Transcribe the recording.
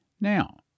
Now